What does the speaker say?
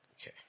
Okay